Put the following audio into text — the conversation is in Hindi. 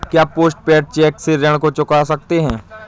क्या पोस्ट पेड चेक से ऋण को चुका सकते हैं?